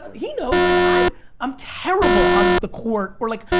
he knows, like i'm i'm terrible on the court or like,